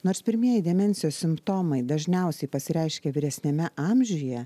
nors pirmieji demencijos simptomai dažniausiai pasireiškia vyresniame amžiuje